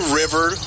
river